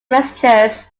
messengers